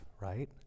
right